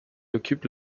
occupe